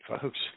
folks